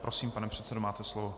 Prosím, pane předsedo, máte slovo.